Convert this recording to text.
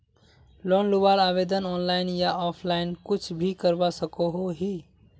Loan लुबार आवेदन online या ऑफलाइन कुछ भी करवा सकोहो ही?